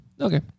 okay